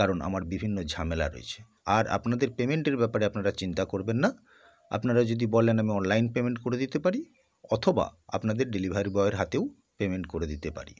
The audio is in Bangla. কারণ আমার বিভিন্ন ঝামেলা রয়েছে আর আপনাদের পেমেন্টের ব্যাপারে আপনারা চিন্তা করবেন না আপনারা যদি বলেন আমি অনলাইন পেমেন্ট করে দিতে পারি অথবা আপনাদের ডেলিভারি বয়ের হাতেও পেমেন্ট করে দিতে পারি